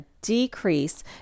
decrease